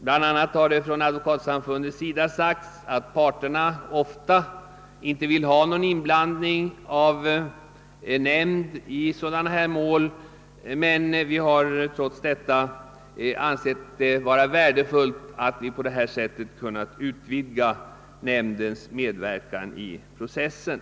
Bl.a. har det från Sveriges advokatsamfund anförts att parterna ofta inte vill ha någon inblandning av nämnd i sådana mål. Trots detta har vi ansett det vara värdefullt att på detta sätt kunna utvidga nämndens medverkan i processen.